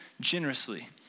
generously